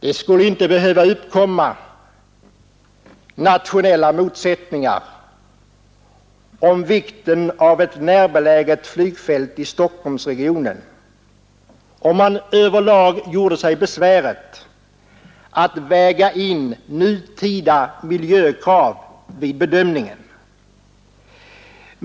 Det skulle inte behöva uppkomma nationella motsättningar om vikten av ett närbeläget flygfält i Stockholmsregionen, om man Över lag gjorde sig besväret att väga in nutida miljökrav vid bedömningen.